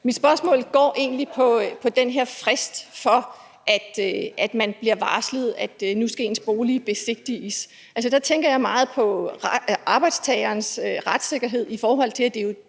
Mit spørgsmål går egentlig på den her frist, i forhold til at man bliver varslet om, at ens bolig nu skal besigtiges. Altså, der tænker jeg meget på arbejdstagernes retssikkerhed, i forhold til at det jo